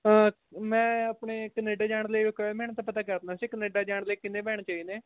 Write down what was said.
ਮੈਂ ਆਪਣੇ ਕਨੇਡਾ ਜਾਣ ਲਈ ਰਿਕੁਇਰਮੈਂਟ ਦਾ ਪਤਾ ਕਰਨਾ ਸੀ ਕਨੇਡਾ ਜਾਣ ਲਈ ਕਿੰਨੇ ਬੈਂਡ ਚਾਹੀਦੇ